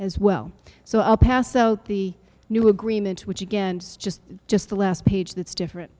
as well so i'll pass out the new agreement which again is just just the last page that's differen